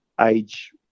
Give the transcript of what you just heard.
age